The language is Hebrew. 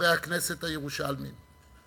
חברי הכנסת הירושלמים,